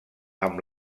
amb